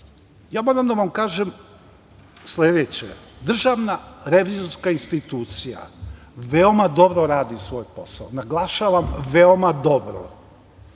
radite. Moram da vam kažem sledeće. Državna revizorska institucija veoma dobro radi svoj posao, naglašavam, veoma dobro,